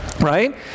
right